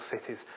cities